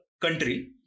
country